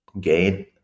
gain